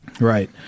Right